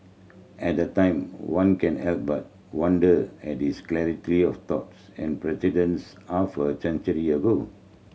at a time one can help but wonder at his clarity of thoughts and presidents half a century ago